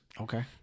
Okay